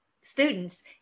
students